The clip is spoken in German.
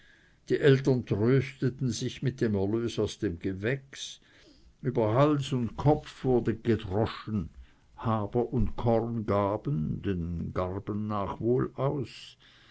die eltern trösteten sich mit dem erlös aus dem gewächs über hals über kopf wurde gedroschen haber und korn gaben den garben nach wohl aus